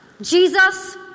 Jesus